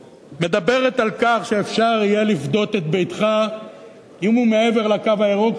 שמדברת על כך שאפשר יהיה לפדות את ביתך אם הוא מעבר ל"קו הירוק",